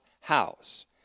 house